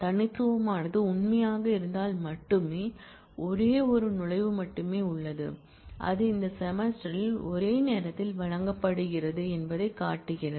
தனித்துவமானது உண்மையாக இருந்தால் மட்டுமே ஒரே ஒரு நுழைவு மட்டுமே உள்ளது அது அந்த செமஸ்டரில் ஒரே நேரத்தில் வழங்கப்படுகிறது என்பதைக் காட்டுகிறது